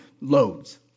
loads